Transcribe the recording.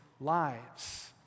lives